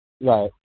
Right